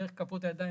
דרך כפות הידיים